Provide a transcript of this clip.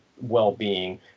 well-being